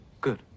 Good